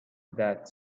that